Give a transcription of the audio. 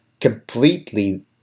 completely